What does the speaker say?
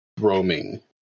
roaming